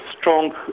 strong